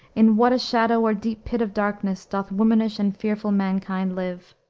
in what a shadow or deep pit of darkness doth womanish and fearful mankind live!